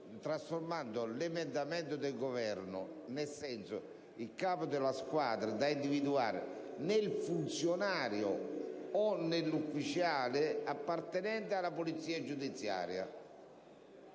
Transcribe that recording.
modificando l'emendamento del Governo in tal senso: «Il capo della squadra, da individuare nel funzionario o nell'ufficiale appartenenti alla polizia giudiziaria».